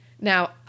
Now